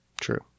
True